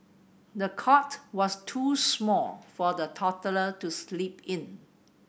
the cot was too small for the toddler to sleep in